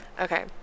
Okay